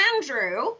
Andrew